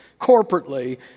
corporately